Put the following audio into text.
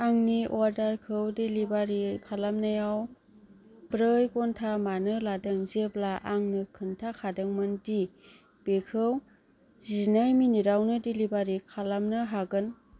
आंनि अर्डारखौ डेलिबारि खालामनायाव ब्रै घन्टा मानो लादों जेब्ला आंनो खोनथाखादोंमोन दि बेखौ जिनै मिनिटावनो डेलिबारि खालामनो हागोन